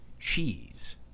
cheese